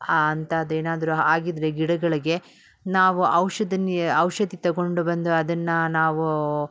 ಅಂಥದೇನಾದ್ರು ಆಗಿದ್ರೆ ಗಿಡಗಳಿಗೆ ನಾವು ಔಷಧನ್ ಔಷಧಿ ತೊಗೊಂಡು ಬಂದು ಅದನ್ನು ನಾವು